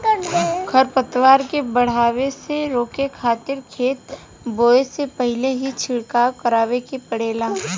खर पतवार के बढ़े से रोके खातिर खेत बोए से पहिल ही छिड़काव करावे के पड़ेला